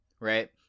right